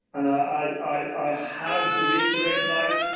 and i have to reiterate, guys,